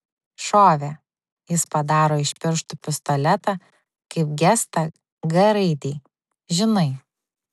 šovė jis padaro iš pirštų pistoletą kaip gestą g raidei žinai